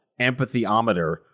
empathyometer